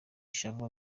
ishavu